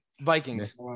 Vikings